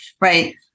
right